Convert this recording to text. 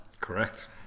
Correct